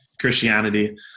Christianity